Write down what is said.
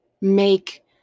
make